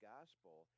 Gospel